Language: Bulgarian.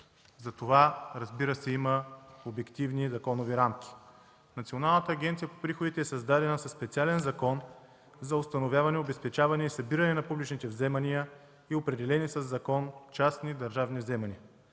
затова, разбира се, има обективни и законови рамки. Националната агенция по приходите е създадена със специален закон за установяване, обезпечаване и събиране на публичните вземания и определени със закон частни държавни вземания.